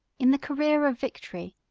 in the career of victory,